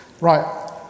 Right